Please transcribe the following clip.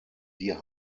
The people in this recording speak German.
wir